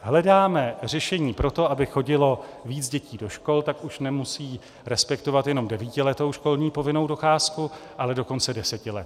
Hledáme řešení pro to, aby chodilo víc dětí do škol, tak už nemusí respektovat jenom devítiletou školní povinnou docházku, ale dokonce desetiletou.